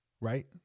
Right